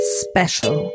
special